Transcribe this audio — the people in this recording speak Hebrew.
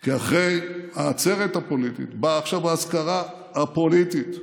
כי אחרי העצרת הפוליטית באה עכשיו האזכרה הפוליטית,